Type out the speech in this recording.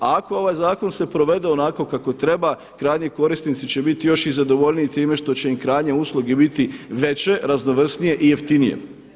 Ako ovaj zakon se povede onako kako treba krajnji korisnici će biti još i zadovoljniji time što će im krajnje usluge biti veće, raznovrsnije i jeftinije.